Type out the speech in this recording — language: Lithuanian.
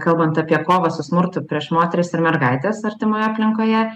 kalbant apie kovą su smurtu prieš moteris ir mergaites artimoje aplinkoje